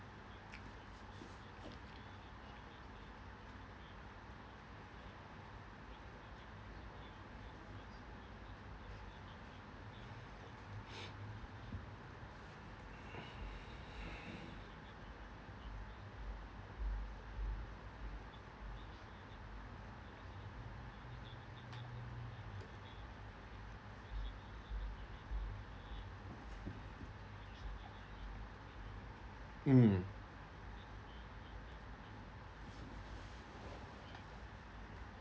mm